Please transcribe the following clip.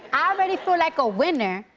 i already feel like a winner.